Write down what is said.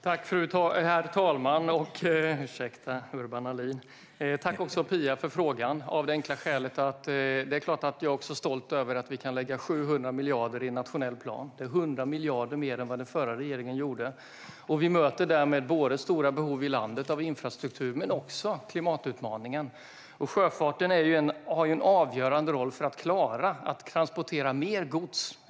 Herr talman! Tack, Pia Nilsson, för frågan! Det är klart att jag också är stolt över att vi kan lägga 700 miljarder i en nationell plan. Det är 100 miljarder mer än vad den förra regeringen gjorde. Vi möter därmed både stora behov i landet av infrastruktur och klimatutmaningen. Sjöfarten har en avgörande roll för att klara att transportera mer gods.